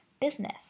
business